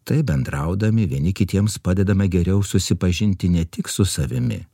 taip bendraudami vieni kitiems padedame geriau susipažinti ne tik su savimi